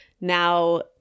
now